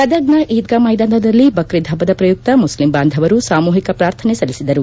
ಗದಗ್ನ ಈದ್ಗಾ ಮೈದಾನದಲ್ಲಿ ಬಕ್ರೀದ್ ಪಬ್ಲದ ಪ್ರಯುಕ್ತ ಮುಸ್ಲಿಂ ಬಾಂಧವರು ಸಾಮೂಹಕ ಪ್ರಾರ್ಥನೆ ಸಲ್ಲಿಸಿದರು